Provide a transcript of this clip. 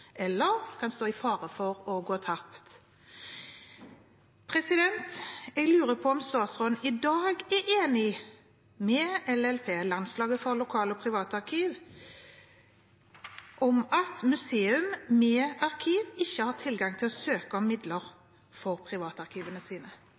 eller kan stå i fare for å gå tapt. Jeg lurer på om statsråden i dag er enig med LLP i at museer med arkiv ikke har tilgang til å søke om midler